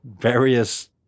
various